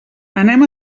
anem